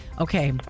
Okay